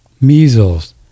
measles